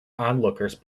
onlookers